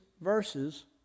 verses